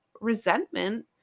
resentment